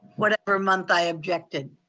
whatever month i objected.